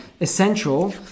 essential